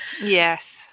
Yes